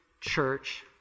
church